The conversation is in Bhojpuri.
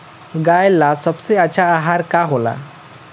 गाय ला सबसे अच्छा आहार का होला?